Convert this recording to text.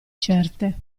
certe